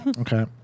Okay